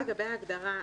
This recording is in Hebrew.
רק לגבי ההגדרה,